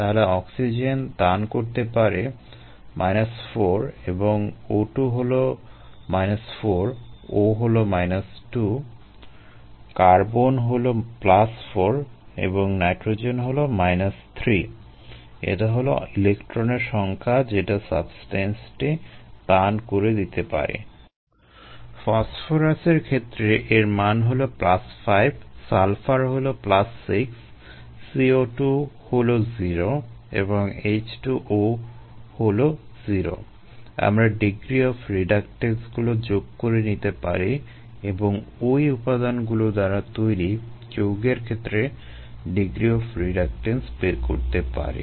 তাহলে অক্সিজেন দান করতে পারে 4 এবং O2 হলো 4 O হলো 2 কার্বন ক্ষেত্রে এর মান হলো 5 সালফার হলো 6 CO2 হলো 0 এবং H2O হলো 0 আমরা ডিগ্রি অফ রিডাকটেন্সগুলো যোগ করে নিতে পারি এবং ওই উপাদানগুলো দ্বারা তৈরি যৌগের ডিগ্রি অফ রিডাকটেন্স বের করতে পারি